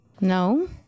No